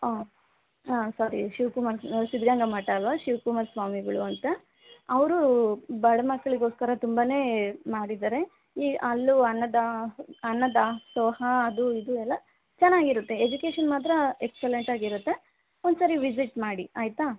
ಹಾಂ ಸಾರಿ ಶಿವಕುಮಾರ ಸಿದ್ದಗಂಗಾ ಮಠ ಅಲ್ವಾ ಶಿವಕುಮಾರ ಸ್ವಾಮಿಗಳು ಅಂತ ಅವರು ಬಡ ಮಕ್ಕಳಿಗೋಸ್ಕರ ತುಂಬಾ ಮಾಡಿದ್ದಾರೆ ಈ ಅಲ್ಲೂ ಅನ್ನದಾ ಅನ್ನದಾಸೋಹ ಅದು ಇದು ಎಲ್ಲ ಚೆನ್ನಾಗಿರುತ್ತೆ ಎಜುಕೇಷನ್ ಮಾತ್ರ ಎಕ್ಸಲೆಂಟಾಗಿರುತ್ತೆ ಒಂದ್ಸರಿ ವಿಸಿಟ್ ಮಾಡಿ ಆಯಿತಾ